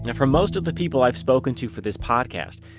and for most of the people i've spoken to for this podcast,